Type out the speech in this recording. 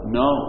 no